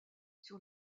sur